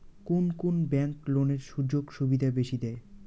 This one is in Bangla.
কুন কুন ব্যাংক লোনের সুযোগ সুবিধা বেশি দেয়?